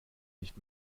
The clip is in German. nicht